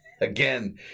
again